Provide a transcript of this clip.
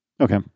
Okay